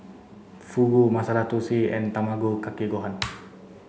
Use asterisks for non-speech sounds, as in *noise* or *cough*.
Fugu Masala Dosa and Tamago Kake Gohan *noise*